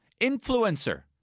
Influencer